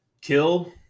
kill